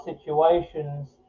situations